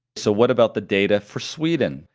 so what about the data for sweden?